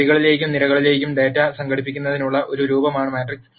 വരികളിലേക്കും നിരകളിലേക്കും ഡാറ്റ സംഘടിപ്പിക്കുന്നതിനുള്ള ഒരു രൂപമാണ് മാട്രിക്സ്